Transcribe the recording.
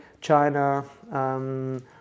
China